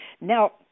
Now